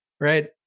Right